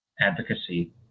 advocacy